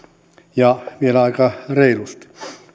ja vielä aika reilusti